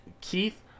Keith